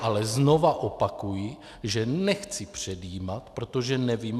Ale znovu opakuji, že nechci předjímat, protože nevím.